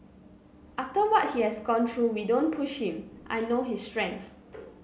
after what he has gone through we don't push him I know his strength